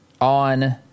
on